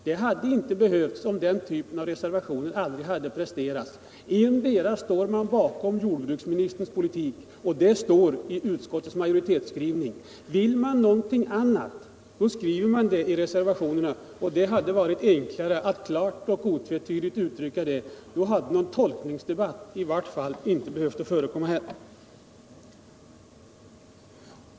Det hade ju inte behövts någon tolkning, om den typen av reservationer aldrig hade presterats! Endera står man bakom jordbruksministerns politik, som står i utskottets majoritetsskrivning, eller också gör man det inte. Vill man någonting annat, skriver man detta i reservationen. Det hade varit enklare att uttrycka sig klart och otvetydigt — då hade någon tolkningsdebatt i vart fall inte behövt förekomma här.